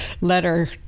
letter